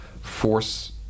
force